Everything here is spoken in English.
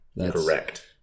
Correct